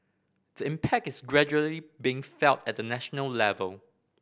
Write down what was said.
the impact is gradually being felt at the national level